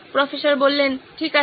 professor ঠিক আছে